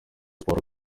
sports